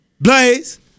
Blaze